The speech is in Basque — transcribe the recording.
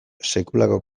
sekulako